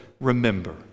remember